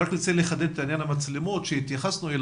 אני רק רוצה לחדד את עניין המצלמות שהתייחסנו אליו.